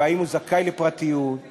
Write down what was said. והאם הוא זכאי לפרטיות,